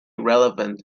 relevant